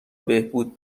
بهبود